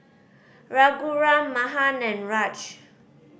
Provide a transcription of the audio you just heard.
Raghuram Mahan and Raj